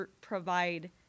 provide